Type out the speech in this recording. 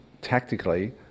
tactically